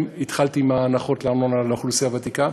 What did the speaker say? התחלתי עם ההנחות לארנונה לאוכלוסייה הוותיקה.